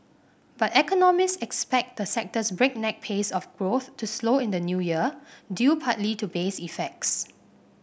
but economists expect the sector's breakneck pace of growth to slow in the New Year due partly to base effects